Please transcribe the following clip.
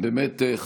נעשה בדיקה נוספת.